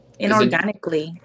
inorganically